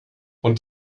und